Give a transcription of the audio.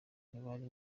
ntibari